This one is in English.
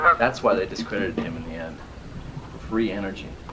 that's why they discredited him in the end. for free energy.